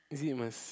is it must